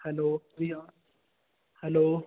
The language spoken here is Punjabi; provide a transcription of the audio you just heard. hello hello